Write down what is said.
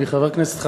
אני חבר כנסת חדש,